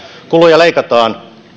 kuluja leikataan